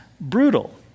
brutal